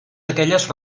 aquelles